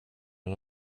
den